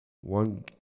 one